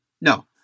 No